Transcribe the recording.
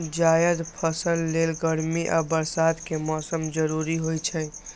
जायद फसल लेल गर्मी आ बरसात के मौसम जरूरी होइ छै